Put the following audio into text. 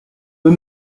eux